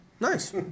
nice